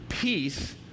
Peace